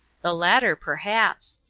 the latter, perhaps.